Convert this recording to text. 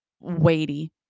weighty